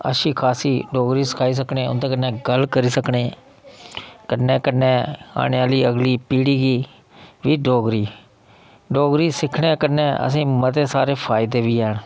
अच्छी खासी डोगरी सखाई सकने उं'दे कन्नै गल्ल करी सकने कन्नै कन्नै औने आह्ली अगली पीढ़ी गी एह् डोगरी गी डोगरी सिक्खने कन्नै असें ई मते सारे फायदे बी हैन